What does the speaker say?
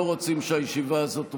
לא רוצים שהישיבה הזאת תופסק.